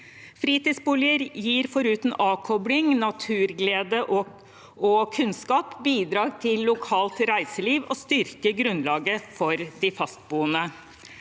Fritidsboliger gir – foruten avkobling, naturglede og kunnskap – bidrag til lokalt reiseliv og styrker grunnlaget for de fastboende.